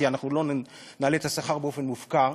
כי לא נעלה את השכר באופן מופקר,